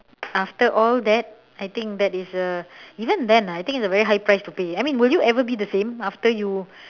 after all that I think that is a even then I think it is a very high price to pay I mean will you ever be the same after you